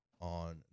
on